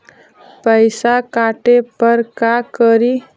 पैसा काटे पर का करि?